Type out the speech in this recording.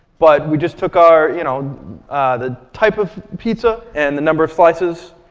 but we just took our you know the type of pizza, and the number of slices.